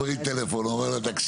הוא מרים טלפון הוא אומר לו תקשיב,